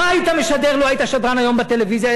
היית משדר לו היית שדרן היום בטלוויזיה,